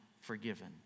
forgiven